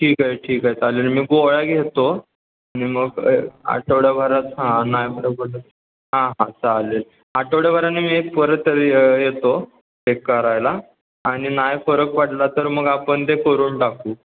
ठीक आहे ठीक आहे चालेल मी गोळ्या घेतो आणि मग आठवड्याभरात हां नाही फरक पडला हां हां चालेल आठवड्याभराने मी एक परत तरी येतो चेक करायला आणि नाही फरक वाटला तर मग आपण ते करून टाकू